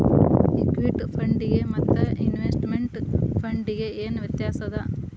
Equity ಫಂಡಿಗೆ ಮತ್ತ investment ಫಂಡಿಗೆ ಏನ್ ವ್ಯತ್ಯಾಸದ?